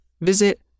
visit